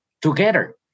together